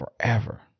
forever